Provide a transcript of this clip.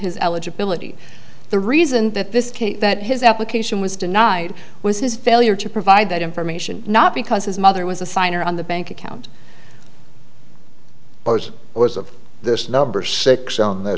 his eligibility the reason that this case that his application was denied was his failure to provide that information not because his mother was a signer on the bank account or as of this number six on th